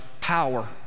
power